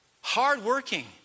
hardworking